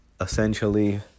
essentially